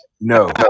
No